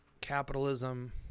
capitalism